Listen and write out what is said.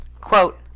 Quote